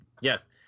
Yes